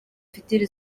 future